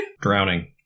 drowning